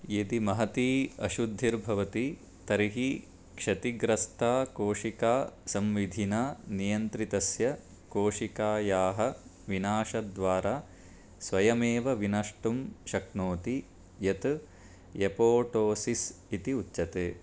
यदि महती अशुद्धिर्भवति तर्हि क्षतिग्रस्ता कोशिका संविधिना नियन्त्रितस्य कोशिकायाः विनाशद्वारा स्वयमेव विनष्टुं शक्नोति यत् एपोटोसिस् इति उच्यते